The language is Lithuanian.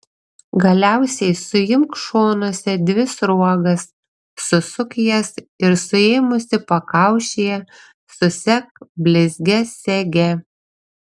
galiausiai suimk šonuose dvi sruogas susuk jas ir suėmusi pakaušyje susek blizgia sege